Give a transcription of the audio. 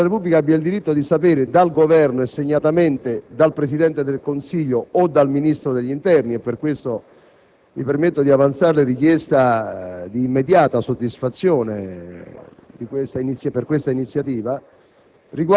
di tutti i giornali italiani. Credo che il Senato della Repubblica abbia il diritto di sapere dal Governo e segnatamente dal Presidente del Consiglio o dal Ministro dell'interno - e per questo, Presidente, mi permetto di avanzarle richiesta di immediata soddisfazione